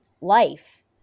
life